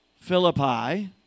Philippi